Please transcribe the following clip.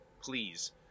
please